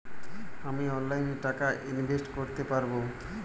আমি অনলাইনে টাকা ইনভেস্ট করতে পারবো?